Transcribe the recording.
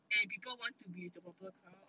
and people wants to be with the popular crowd